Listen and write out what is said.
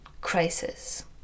crisis